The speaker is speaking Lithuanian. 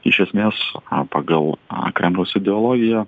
iš esmės pagal a kremliaus ideologiją